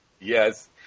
Yes